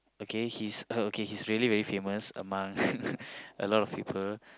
okay he's uh okay really really very famous among a lot of people